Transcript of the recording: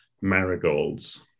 marigolds